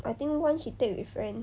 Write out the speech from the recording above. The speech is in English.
I think one she take with friend